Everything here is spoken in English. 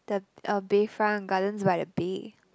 the uh Bayfront Gardens by the Bay